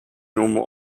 normal